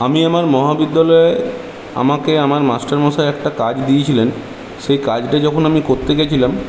আমি আমার মহাবিদ্যালয়ে আমাকে আমার মাস্টারমশাই একটা কাজ দিয়েছিলেন সেই কাজটা যখন আমি করতে গেছিলাম